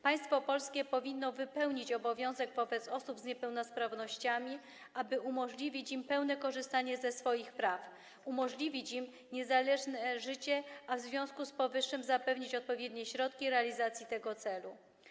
Państwo polskie powinno wypełnić obowiązek wobec osób z niepełnosprawnościami, aby umożliwić im pełne korzystanie ze swoich praw, umożliwić im niezależne życie, a w związku z powyższym zapewnić odpowiednie środki do realizacji tego celu.